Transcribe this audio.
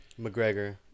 McGregor